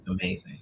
amazing